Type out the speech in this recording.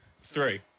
Three